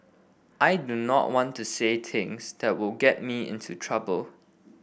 I do not want to say things that will get me into trouble